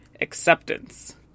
acceptance